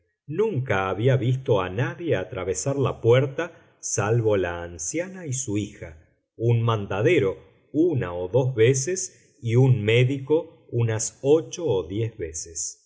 nunca había visto a nadie atravesar la puerta salvo la anciana y su hija un mandadero una o dos veces y un médico unas ocho o diez veces